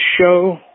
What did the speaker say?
show